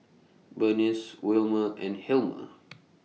Bernice Wilmer and Hilmer